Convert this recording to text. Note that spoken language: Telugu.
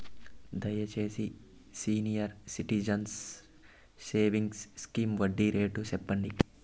దయచేసి సీనియర్ సిటిజన్స్ సేవింగ్స్ స్కీమ్ వడ్డీ రేటు సెప్పండి